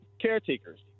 caretakers